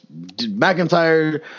McIntyre